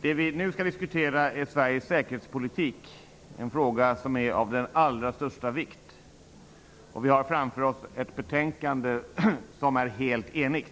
Vi skall nu diskutera svensk säkerhetspolitik -- en fråga som är av den allra största vikt. Vi har framför oss ett betänkande som är helt enigt.